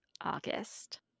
August